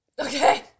okay